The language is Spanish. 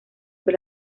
fue